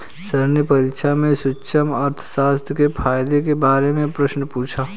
sir ने परीक्षा में सूक्ष्म अर्थशास्त्र के फायदों के बारे में प्रश्न पूछा